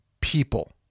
people